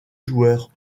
joueurs